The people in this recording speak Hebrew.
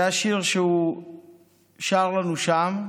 זה השיר שהוא שר לנו שם.